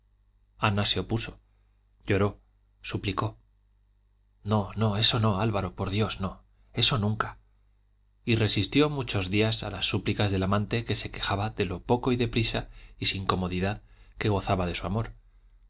ana se opuso lloró suplicó no no eso no álvaro por dios no eso nunca y resistió muchos días a las súplicas del amante que se quejaba de lo poco y deprisa y sin comodidad que gozaba de su amor